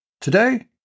Today